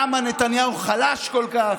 למה נתניהו חלש כל כך,